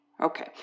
Okay